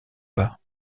bas